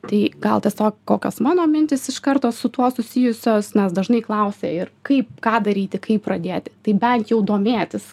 tai gal tiesiog kokios mano mintys iš karto su tuo susijusios nes dažnai klausia ir kaip ką daryti kaip pradėti tai bent jau domėtis